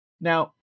Now